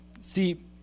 see